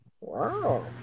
Wow